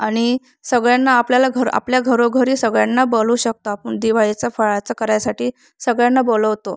आणि सगळ्यांना आपल्याला घर आपल्या घरोघरी सगळ्यांना बोलवू शकतो आपण दिवाळीचा फराळाचं करण्यासाठी सगळ्यांना बोलवतो